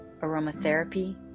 aromatherapy